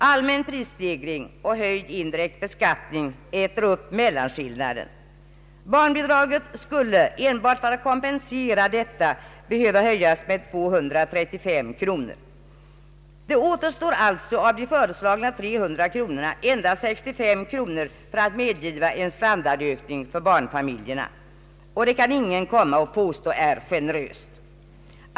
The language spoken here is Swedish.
Allmän prisstegring och höjd indirekt beskattning äter upp mellanskillnaden. Barnbidraget skulle enbart för att kompen sera detta behöva höjas med 235 kronor. Av de föreslagna 300 kronorna återstår alltså endast 65 kronor för att medge en standardökning för barnfamiljerna. Ingen kan komma och påstå att det är generöst.